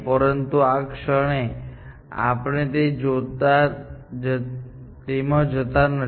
પરંતુ આ ક્ષણે આપણે તેમાં જતા નથી